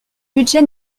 budget